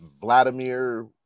Vladimir